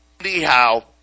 Anyhow